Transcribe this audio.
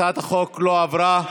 הצעת החוק לא עברה.